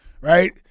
right